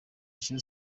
ejo